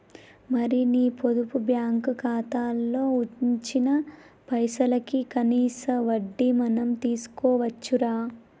మరి నీ పొదుపు బ్యాంకు ఖాతాలో ఉంచిన పైసలకి కనీస వడ్డీ మనం తీసుకోవచ్చు రా